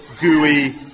gooey